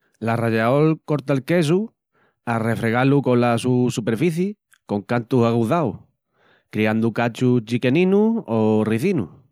L'arrallaol corta'l quesu al refregá-lu cola su superficii con cantus aguzaus, criandu cachus chiqueninus o rizinus.